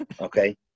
Okay